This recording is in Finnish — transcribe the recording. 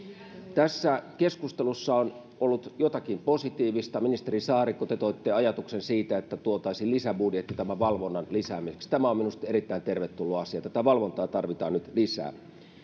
tässä keskustelussa on ollut jotakin positiivista ministeri saarikko te toitte ajatuksen siitä että tuotaisiin lisäbudjetti tämän valvonnan lisäämiseksi tämä on minusta erittäin tervetullut asia tätä valvontaa tarvitaan nyt lisää